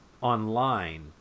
Online